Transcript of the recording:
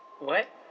what